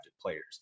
players